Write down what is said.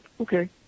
Okay